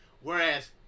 whereas